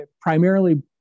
primarily